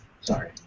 Sorry